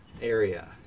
area